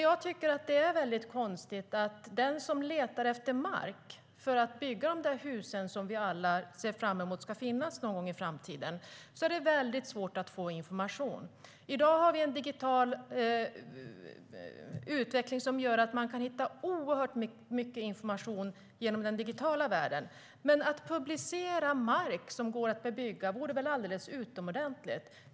Jag tycker att det är konstigt att den som letar efter mark för att bygga de hus som vi alla ser fram emot ska finnas någon gång i framtiden har väldigt svårt att få information. Vi har i dag en digital utveckling som gör att man kan hitta oerhört mycket information genom den digitala världen. Det vore väl alldeles utomordentligt att publicera mark som går att bebygga.